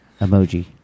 Emoji